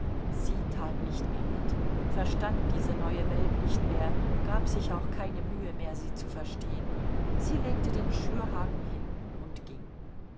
sie tat nicht mehr mit verstand diese neue welt nicht mehr gab sich auch keine mühe mehr sie zu verstehen sie legte den schürhaken hin und ging